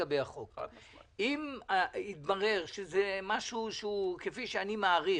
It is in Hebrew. אם יתברר שזה משהו כפי שאני מעריך,